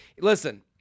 listen